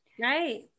Right